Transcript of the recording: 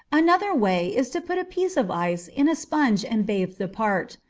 another way is to put a piece of ice in a sponge and bathe the part.